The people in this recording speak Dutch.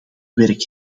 werk